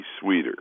sweeter